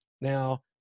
now